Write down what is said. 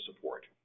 support